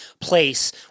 place